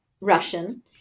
Russian